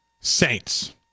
Saints